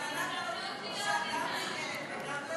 אבל אנחנו נותנים חופשה גם לילד וגם להורה.